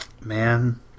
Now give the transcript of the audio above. man